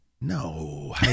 No